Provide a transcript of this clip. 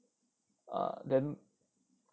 ah then